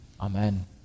Amen